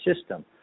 system